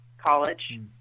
college